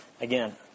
Again